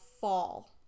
fall